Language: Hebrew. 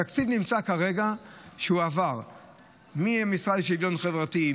התקציב עבר כרגע מהמשרד לשוויון חברתי,